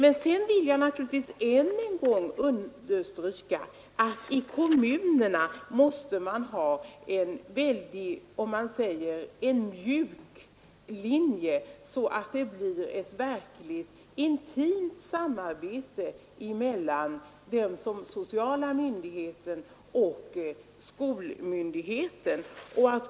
Men sedan vill jag naturligtvis än en gång understryka att man i kommunerna måste ha en mjuk linje, så att det blir ett intimt samarbete mellan den sociala myndigheten och skolmyndigheten.